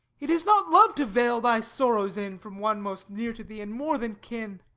it is not love, to veil thy sorrows in from one most near to thee, and more than kin.